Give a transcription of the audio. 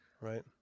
right